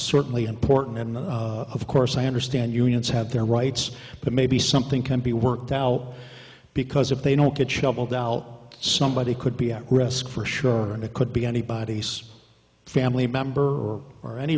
certainly important and of course i understand unions have their rights but maybe something can be worked out because if they don't get shoveled out somebody could be at risk for sure and it could be anybody's family member or